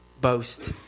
boast